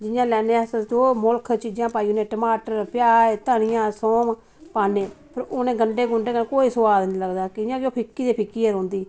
जियां लैन्ने आं अस जो मुल्ख चीजां पाई उड़ने टमाटर प्याज धनिया थोेम पाने फिर उनें गंढे गुंढे कन्नै कोई सुआद नी लग्गदा कियां कि ओह् फिक्की दी फिक्की गै रौहंदी